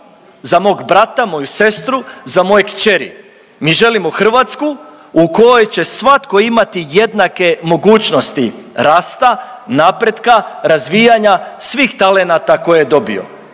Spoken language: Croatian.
za mog brata, moju sestru, za moje kćeri, mi želimo Hrvatsku u kojoj će svatko imati jednake mogućnosti rasta, napretka, razvijanja svih talenata koje je dobio